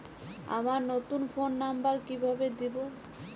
আমার নতুন phone number কিভাবে দিবো?